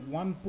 one